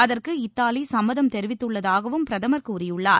அதற்கு இத்தாலி சும்மதம் தெரிவித்துள்ளதாகவும் பிரதமர் கூறியுள்ளார்